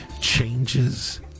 changes